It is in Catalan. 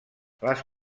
les